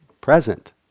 present